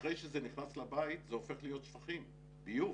אחרי שזה נכנס לבית זה הופך להיות שפכים, ביוב,